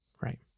Right